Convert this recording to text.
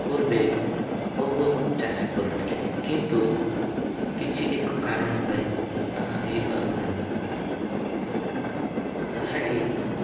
ପୂର୍ବେ ବହୁତ ଚାଷୀ କରୁଥିଲେ କିନ୍ତୁ କିଛି ଏକ କାରଣ ପାଇଁ ତାହା ହେଇପାରୁନାହିଁ ତ ତାହାଟି